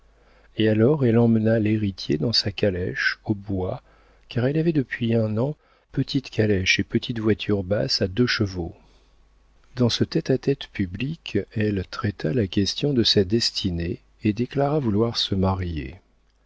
et alors elle emmena l'héritier dans sa calèche au bois car elle avait depuis un an petite calèche et petite voiture basse à deux chevaux dans ce tête-à-tête public elle traita la question de sa destinée et déclara vouloir se marier